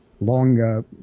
long